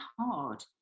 hard